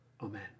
Amen